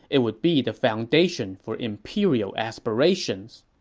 it would be the foundation for imperial aspirations.